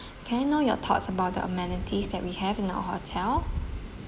can I know your thoughts about the amenities that we have in our hotel